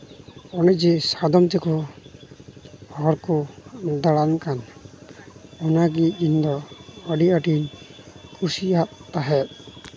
ᱚᱱᱮ ᱡᱮᱠᱚ ᱥᱟᱫᱚᱢ ᱛᱮᱠᱚ ᱦᱚᱲ ᱠᱚ ᱫᱟᱬᱟᱱ ᱠᱟᱱᱟ ᱚᱱᱟᱜᱮ ᱤᱧᱫᱚ ᱟᱹᱰᱤ ᱟᱹᱰᱤ ᱠᱩᱥᱤᱭᱟᱜ ᱛᱟᱦᱮᱸᱫ